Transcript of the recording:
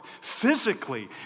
physically